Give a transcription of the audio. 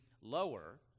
lower